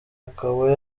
akaba